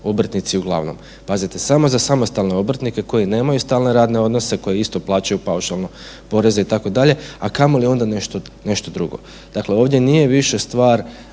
obrtnici uglavnom. Pazite, samo za samostalne obrtnike koji nemaju stalne radne odnose, koji isto plaćaju paušalno poreze, itd., a kamoli onda nešto drugo. Dakle, ovdje nije više stvar